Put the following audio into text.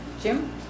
Jim